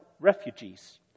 refugees